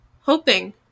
hoping